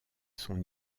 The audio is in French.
son